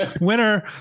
Winner